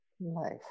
life